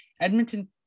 Edmonton